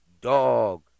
Dog